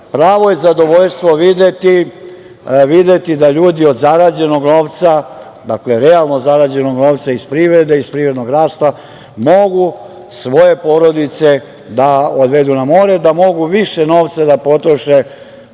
je zadovoljstvo videti da ljudi od zarađenog novca, dakle, realno zarađenog novca iz privrede, iz privrednog rasta mogu svoje porodice da odvedu na more, da mogu više novca da potroše,